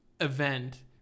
event